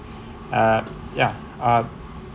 uh ya uh